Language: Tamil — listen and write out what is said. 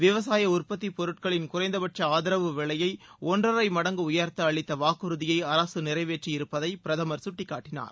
விவசாய உற்பத்திப் பொருட்களின் குறைந்தபட்ச ஆதரவு விலையை ஒன்றரை மடங்கு உயரத்த அளித்த வாக்குறுதியை அரசு நிறைவேற்றியிருப்பதை பிரதமர் சுட்டிக்காட்டினார்